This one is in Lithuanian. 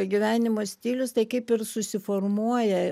gyvenimo stilius tai kaip ir susiformuoja